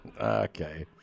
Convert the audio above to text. Okay